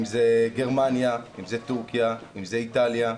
גרמניה, תורכיה, אם איטליה,